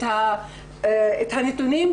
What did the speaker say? את הנתונים,